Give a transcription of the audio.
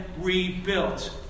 rebuilt